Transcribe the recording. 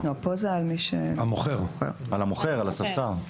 על המוכר, על הספסר.